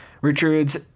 Richards